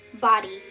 body